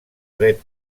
dret